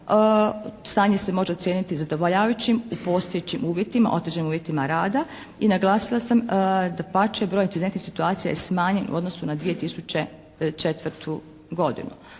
Stanje se može ocijeniti zadovoljavajućim u postojećim uvjetima, otežanim uvjetima rada i naglasila sam dapače broj incidentnih situacija je smanjen u odnosu na 2004. godinu.